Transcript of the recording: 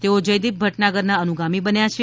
તેઓ જયદીપ ભટનાગરના અનુગામી બન્યા છે